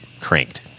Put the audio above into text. cranked